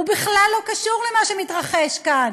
הוא בכלל לא קשור למה שמתרחש כאן.